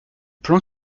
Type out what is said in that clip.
plan